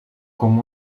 com